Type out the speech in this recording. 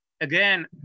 again